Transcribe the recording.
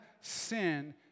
sin